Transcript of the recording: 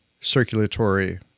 circulatory